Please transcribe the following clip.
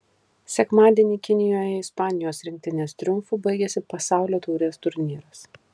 sekmadienį kinijoje ispanijos rinktinės triumfu baigėsi pasaulio taurės turnyras